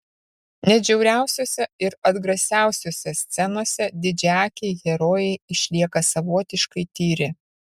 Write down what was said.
net žiauriausiose ir atgrasiausiose scenose didžiaakiai herojai išlieka savotiškai tyri